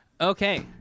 Okay